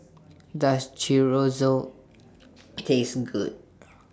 Does Chorizo Taste Good